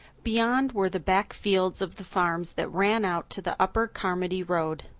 beyond were the back fields of the farms that ran out to the upper carmody road.